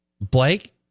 Blake